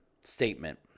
statement